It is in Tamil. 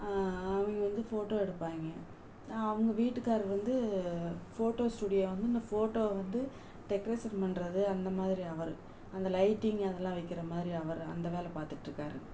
அவங்க வந்து ஃபோட்டோ எடுப்பாய்ங்க அவங்க வீட்டுக்காரரு வந்து ஃபோட்டோ ஸ்டூடியோ வந்து இந்த ஃபோட்டோவை வந்து டெக்கரேஷன் பண்ணுறது அந்த மாதிரி அவர் அந்த லைட்டிங் அதெல்லாம் வைக்கிற மாதிரி அவர் அந்த வேலை பார்த்துட்டு இருக்காருங்க